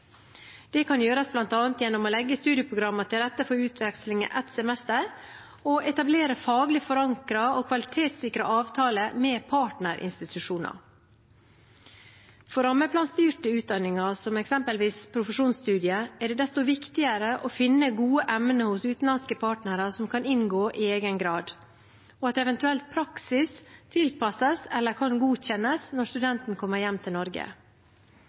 Det kan gjøres bl.a. gjennom å legge studieprogrammet til rette for utveksling i ett semester og etablere faglig forankret og kvalitetssikret avtale med partnerinstitusjoner. For rammeplanstyrte utdanninger, som f.eks. profesjonsstudiet, er det desto viktigere å finne gode emner hos utenlandske partnere som kan inngå i egen grad, og at eventuell praksis tilpasses eller kan godkjennes når studentene kommer hjem til Norge.